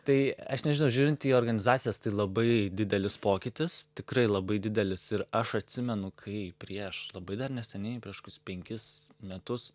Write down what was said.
tai aš nežinau žiūrint į organizacijas tai labai didelis pokytis tikrai labai didelis ir aš atsimenu kai prieš labai dar neseniai prieš kokius penkis metus